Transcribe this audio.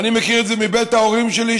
ואני מכיר את זה מבית ההורים שלי,